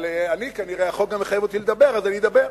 אבל אני, החוק גם מחייב אותי לדבר, אז אני אדבר.